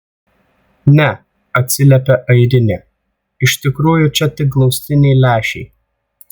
ne atsiliepia airinė iš tikrųjų čia tik glaustiniai lęšiai